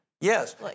Yes